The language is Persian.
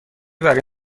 برای